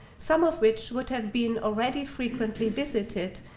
some of which would have been already frequently visited,